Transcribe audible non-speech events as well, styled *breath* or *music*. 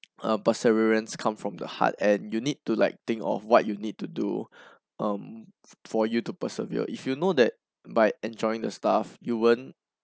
uh perseverance come from the heart and you need to like think of what you need to do *breath* um for you to persevere if you know that by enjoying the stuff you won't